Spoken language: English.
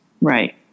Right